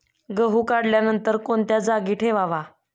गहू काढल्यानंतर कोणत्या जागी ठेवावा?